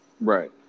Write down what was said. right